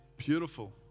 Beautiful